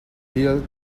via